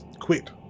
quit